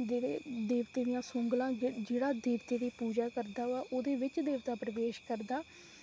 जेह्ड़े देवते दियां सौंगलां जेह्ड़ा देवते दी पूजा करदा होऐ ओह्दे बिच देवता प्रवेश करदा